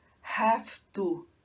have-to